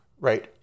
Right